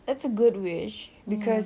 that's a good wish cause